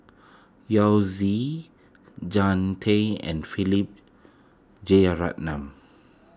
Yao Zi Jean Tay and Philip Jeyaretnam